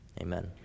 amen